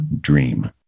dream